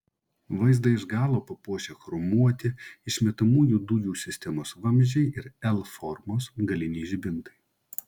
vaizdą iš galo papuošia chromuoti išmetamųjų dujų sistemos vamzdžiai ir l formos galiniai žibintai